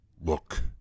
Look